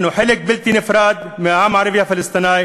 אנחנו חלק בלתי נפרד מהעם הערבי הפלסטיני